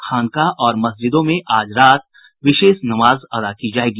खानकाह और मस्जिदों में आज राज विशेष नमाज अदा की जायेगी